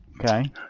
Okay